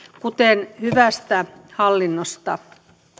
kuten hyvästä hallinnosta